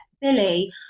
Billy